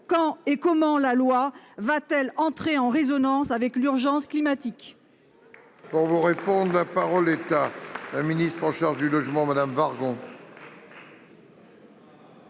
Quand et comment la loi va-t-elle entrer en résonance avec l'urgence climatique ?